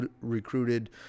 recruited